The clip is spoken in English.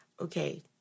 okay